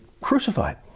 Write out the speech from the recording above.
crucified